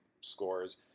scores